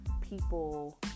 people